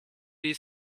die